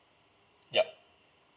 yup